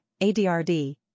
ADRD